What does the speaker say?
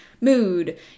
mood